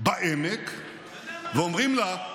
בעמק ואומרים לה,